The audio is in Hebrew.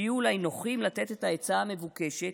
שיהיו אולי נוחים לתת את העצה המבוקשת,